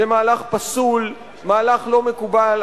זה מהלך פסול, מהלך לא מקובל.